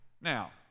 Now